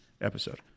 episode